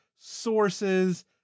sources